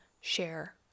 share